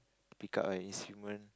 pick up an instrument